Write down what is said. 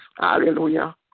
hallelujah